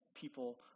people